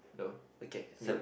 no okay anyway